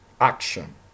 action